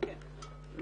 אני